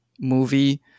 movie